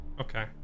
Okay